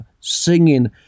singing